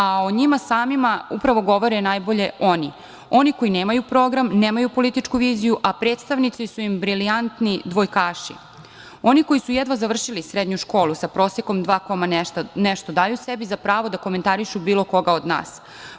A o njima samima upravo govore najbolje oni, oni koji nemaju program, nemaju političku viziju, a predstavnici su im brilijantni dvojkaši, oni koji su jedva završili srednju školu sa prosekom dva koma nešto daju sebi za pravo da komentarišu bilo koga od nas.